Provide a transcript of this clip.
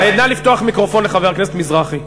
נא לפתוח מיקרופון לחבר הכנסת מזרחי.